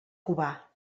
cubà